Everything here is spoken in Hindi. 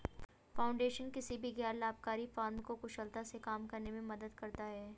फाउंडेशन किसी भी गैर लाभकारी फर्म को कुशलता से काम करने में मदद करता हैं